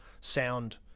sound